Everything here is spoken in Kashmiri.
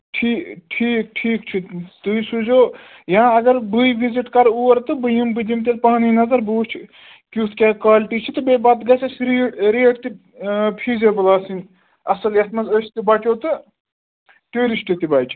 تھی ٹھیٖک ٹھیٖک تُہۍ سوٗزیٚو یا اَگر بٔے وِزِٹ کَرٕ اور تہٕ بہٕ یِم بہٕ دِمہٕ تیٚلہِ پانٕے نظر بہٕ وُچھ کیُتھ کیٛاہ کالٹی چھِ تہٕ بیٚیہِ پتہٕ گژھِ اَسہِ رے ریٹ تہِ فیٖزیبُل آسٕنۍ اَصٕل یَتھ منٛز أسۍ تہِ بَچو تہٕ ٹوٗرِشٹ تہِ بَچہٕ